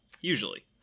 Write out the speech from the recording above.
Usually